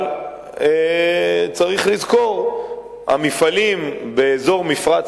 אבל צריך לזכור שהמפעלים באזור מפרץ